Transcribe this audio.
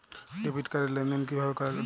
Debit card র লেনদেন কিভাবে দেখবো?